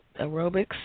aerobics